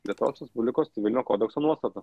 lietuvos respublikos civilinio kodekso nuostata